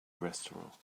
restaurant